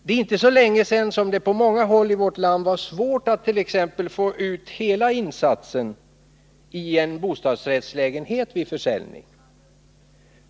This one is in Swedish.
Det är inte så länge sedan som det på många håll i vårt land var svårt att t.ex. få ut hela insatsen för en bostadsrättslägenhet vid försäljning.